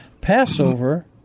Passover